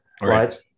right